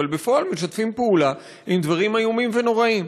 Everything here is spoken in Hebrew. אבל בפועל משתפים פעולה עם דברים איומים ונוראים.